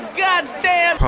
goddamn